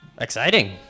exciting